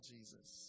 Jesus